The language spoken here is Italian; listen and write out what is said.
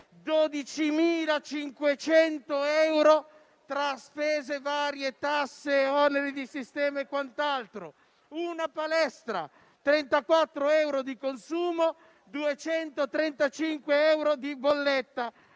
12.500 tra spese varie, tasse, oneri di sistema e quant'altro. Una palestra: 34 euro di consumo e 235 di bolletta.